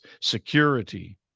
security